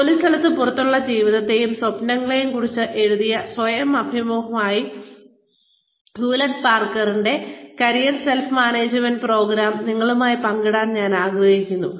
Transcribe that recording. ജോലിസ്ഥലത്തിന് പുറത്തുള്ള ജീവിതത്തെയും സ്വപ്നങ്ങളെയും കുറിച്ച് എഴുതിയ സ്വയം അഭിമുഖമായ ഹ്യൂലറ്റ് പാക്കാർഡിന്റെ Hewlett Packard's career self management program നിങ്ങളുമായി പങ്കിടാൻ ഞാൻ ആഗ്രഹിക്കുന്നു